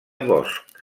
bosch